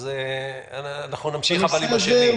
אבל נמשיך עם השני.